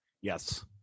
Yes